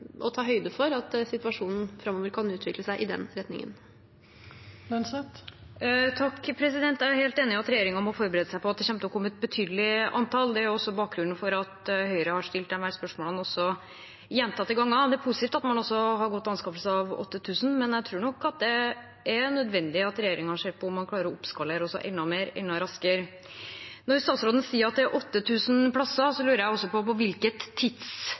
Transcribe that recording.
og ta høyde for at situasjonen framover kan utvikle seg i den retningen. Jeg er helt enig i at regjeringen må forberede seg på at det vil komme et betydelig antall. Det er også bakgrunnen for at Høyre har stilt disse spørsmålene gjentatte ganger. Det er positivt at man har gått til anskaffelse av 8 000, men jeg tror nok det er nødvendig at regjeringen ser på om man klarer å oppskalere enda mer, enda raskere. Når statsråden sier at det er 8 000 plasser, lurer jeg på